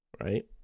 Right